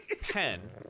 pen